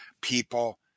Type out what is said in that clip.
people